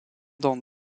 dans